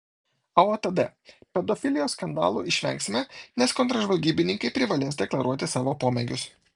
aotd pedofilijos skandalų išvengsime nes kontržvalgybininkai privalės deklaruoti savo pomėgius